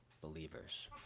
believers